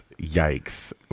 yikes